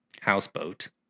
houseboat